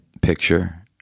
picture